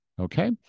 Okay